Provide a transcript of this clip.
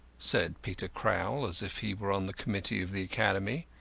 said peter crowl, as if he were on the committee of the academy.